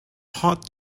hot